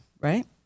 right